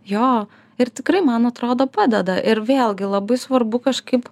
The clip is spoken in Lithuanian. jo ir tikrai man atrodo padeda ir vėlgi labai svarbu kažkaip